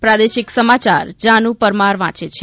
પ્રાદેશિક સમાચાર જાનુ પરમાર વાંચે છે